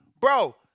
bro